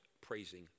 praising